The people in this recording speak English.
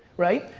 right.